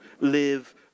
live